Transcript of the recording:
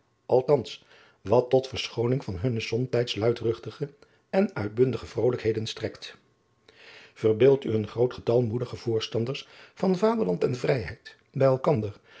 althans wat tot verschooning van hunne somtijds luidruchtige en uitbundige vrolijkheden strekt erbeeld u een groot getal moedige voorstanders van vaderland en vrijheid bij elkander